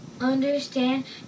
understand